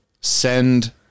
send